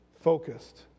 focused